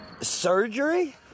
Surgery